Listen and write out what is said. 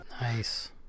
Nice